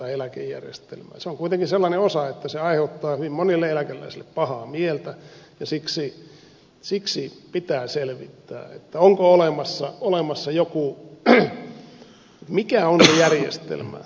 se on kuitenkin sellainen osa että se aiheuttaa hyvin monille eläkeläisille pahaa mieltä ja siksi pitää selvittää onko olemassa joku mikä on se järjestelmä